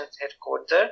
headquarters